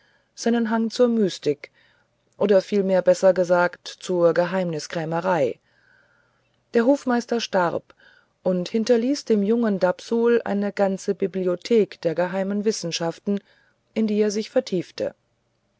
seinen hang zur mystik oder vielmehr besser gesagt zur geheimniskrämerei der hofmeister starb und hinterließ dem jungen dapsul eine ganze bibliothek der geheimen wissenschaften in die er sich vertiefte